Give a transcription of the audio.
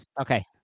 Okay